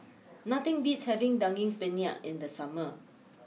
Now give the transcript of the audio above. nothing beats having Daging Penyet in the summer